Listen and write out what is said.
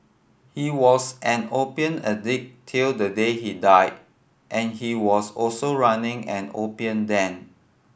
he was an opium addict till the day he died and he was also running an opium den